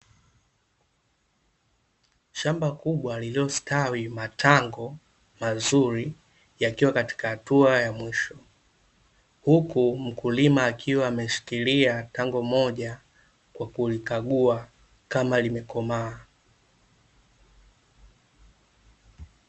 Shamba kubwa lililostawi matango mazuri yakiwa katika hatua ya mwisho, huku mkulima akiwa ameshikilia tango moja kwa kulikagua kama limekomaa.